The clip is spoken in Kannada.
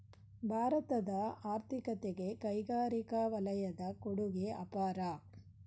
ಭಾರತದ ಆರ್ಥಿಕತೆಗೆ ಕೈಗಾರಿಕಾ ವಲಯದ ಕೊಡುಗೆ ಅಪಾರ